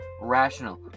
rational